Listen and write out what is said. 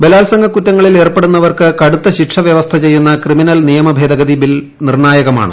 ബലാൽസംഗ കുറ്റങ്ങളിൽ ഏർപ്പെടുന്നവർക്കു കടുത്ത ശിക്ഷ വൃവസ്ഥചെയ്യുന്ന ക്രിമിനിൽ നിയമ ഭേദഗതി ബിൽ നിർണ്ണായകമാണ്